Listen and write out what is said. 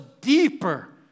deeper